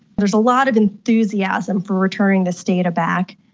there's a lot of enthusiasm for returning this data back,